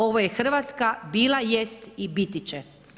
Ovo je Hrvatska, bila i jeste i biti će.